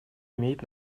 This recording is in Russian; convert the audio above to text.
имеет